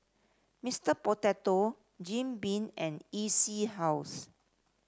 Mister Potato Jim Beam and E C House